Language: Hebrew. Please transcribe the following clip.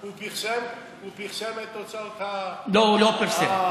הוא פרסם את תוצאות, לא, הוא לא פרסם.